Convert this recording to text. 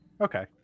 Okay